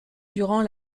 durant